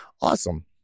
Awesome